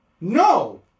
No